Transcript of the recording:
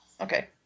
Okay